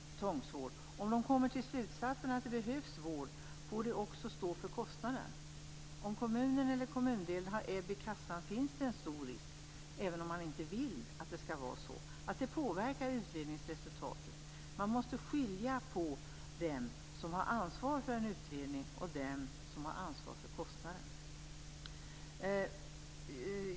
Om de kommer till slutsatsen att det behövs vård får de också stå för kostnaden. Om kommunen eller kommundelen har ebb i kassan finns det en stor risk, även om man inte vill att det skall vara så, att det påverkar utredningsresultatet. Man måste skilja på dem som har ansvar för en utredning och dem som har ansvar för kostnaden.